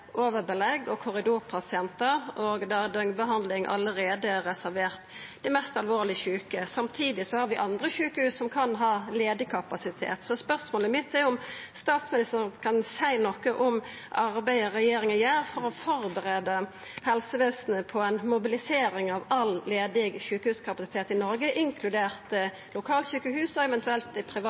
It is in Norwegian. overbelegg og korridorpasientar, og at døgnbehandling der allereie er reservert dei mest alvorleg sjuke. Samtidig har vi sjukehus som kan ha ledig kapasitet. Spørsmålet mitt er om statsministeren kan seia noko om arbeidet regjeringa gjer for å førebu helsevesenet på ei mobilisering av all ledig sjukehuskapasitet i Noreg, inkludert lokalsjukehus og eventuelt